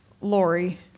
Lori